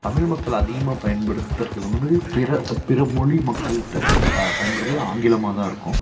தமிழ் மக்கள் அதிகமாக பயன்படுத்கிறது வந்து பிற பிறமொழி மக்கள்கிட்ட பயன்படுத்து ஆங்கிலமாக தான் இருக்கும்